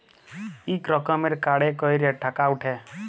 ইক রকমের কাড়ে ক্যইরে টাকা উঠে